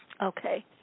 Okay